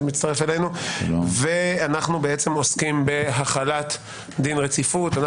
אנחנו עוסקים בהחלת דין רציפות.